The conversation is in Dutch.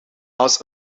als